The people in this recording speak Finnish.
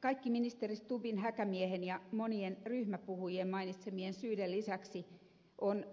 kaikkien ministerien stubbin ja häkämiehen ja monien ryhmäpuhujien mainitsemien syiden lisäksi on